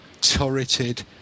turreted